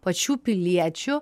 pačių piliečių